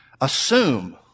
assume